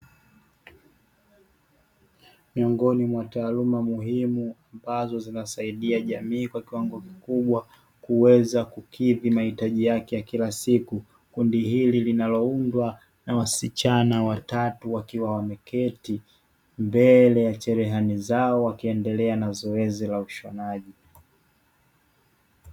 Miongoni mwa taaluma muhimu ambazo zinasaidia jamii kwa kiwango kikubwa kuweza kukidhi mahitaji yake ya kila siku. Kundi hili linaloundwa na wasichana watatu wakiwa wameketi mbele ya cherehani zao wakiendelea na zoezi la ushonaji.